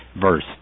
verse